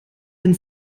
den